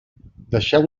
deixeu